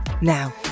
Now